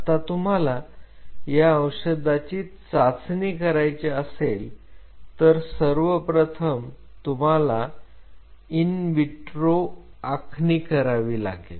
आता तुम्हाला या औषधाची चाचणी करायची असेल तर सर्वप्रथम तुम्हाला इन वित्रो आखणी करावी लागेल